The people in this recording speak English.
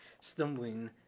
stumbling